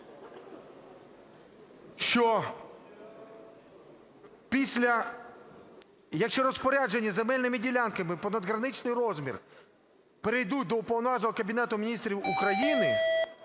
що після... "Якщо в розпорядження земельними ділянками понад граничний розмір перейдуть до уповноваженого Кабінетом Міністрів України